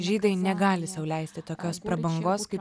žydai negali sau leisti tokios prabangos kaip